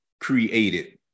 created